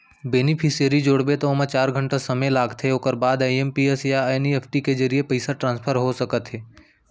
beneficiary जोड़बे त ओमा चार घंटा समे लागथे ओकर बाद आइ.एम.पी.एस या एन.इ.एफ.टी के जरिए पइसा ट्रांसफर हो सकथे